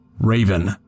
Raven